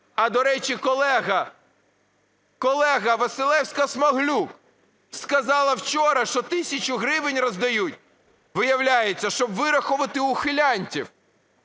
А, до речі, колега Василевська-Смаглюк сказала вчора, що тисячу гривень роздають, виявляється, щоб вирахувати ухилянтів.